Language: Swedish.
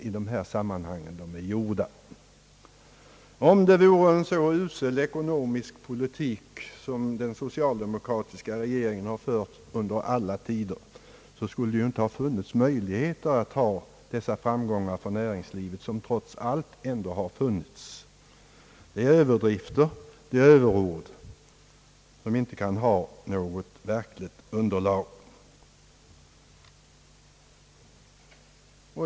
Om den socialdemokratiska regeringen skulle ha fört en så usel ekonomisk politik under alla år, hade det inte funnits möjlighet till dessa framgångar för näringslivet. Oppositionens påståenden är överdrifter och överord, som inte kan ha något verkligt underlag.